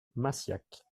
massiac